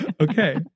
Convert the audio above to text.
okay